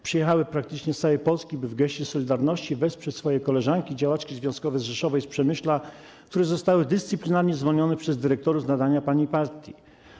Przyjechały praktycznie z całej Polski, by w geście solidarności wesprzeć swoje koleżanki, działaczki związkowe z Rzeszowa i z Przemyśla, które zostały dyscyplinarnie zwolnione przez dyrektorów z nadania pani partii.